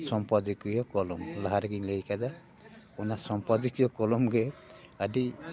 ᱥᱚᱢᱯᱟᱫᱚᱠᱤᱭᱚ ᱠᱚᱞᱚᱢ ᱞᱟᱦᱟᱨᱮᱜᱤᱧ ᱞᱟᱹᱭ ᱟᱠᱟᱫᱟ ᱚᱱᱟ ᱥᱚᱢᱯᱟᱫᱚᱠᱤᱭᱚ ᱠᱚᱞᱚᱢ ᱜᱮ ᱟᱹᱰᱤ